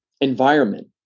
environment